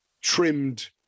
trimmed